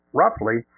roughly